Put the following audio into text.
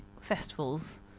festivals